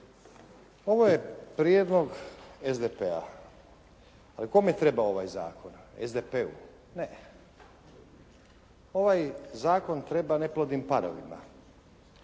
Ovo je prijedlog SDP-a ali kome treba ovaj zakon? SDP-u? Ne. Ovaj zakon treba neplodnim parovima.